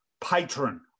patron